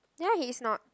ya he's not